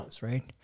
Right